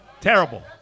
terrible